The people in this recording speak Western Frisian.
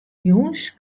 jûns